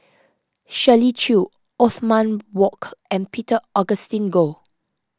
Shirley Chew Othman Wok and Peter Augustine Goh